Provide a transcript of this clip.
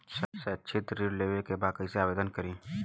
शैक्षिक ऋण लेवे के बा कईसे आवेदन करी?